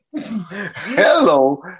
Hello